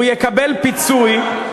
הוא יקבל פיצוי,